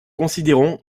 considérons